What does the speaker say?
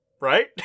right